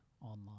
online